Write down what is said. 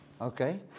Okay